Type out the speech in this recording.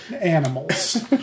animals